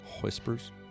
Whispers